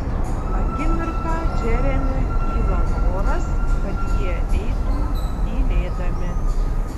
akimirką džeremiui kyla noras kad jie eitų tylėdami